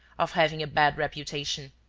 of having a bad reputation.